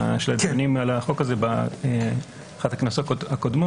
בדיונים על החוק הזה באחת הכנסות הקודמות,